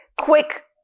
quick